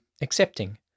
accepting